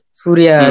surya